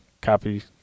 copy